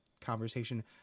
conversation